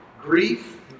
grief